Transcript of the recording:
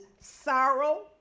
sorrow